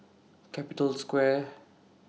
Capital Square